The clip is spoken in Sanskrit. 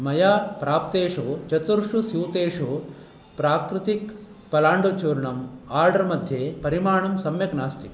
मया प्राप्तेषु चतुर्षु स्यूतेषु प्राकृतिकपलाण्डुचूर्णम् आर्डर् मध्ये परिमाणं सम्यक् नास्ति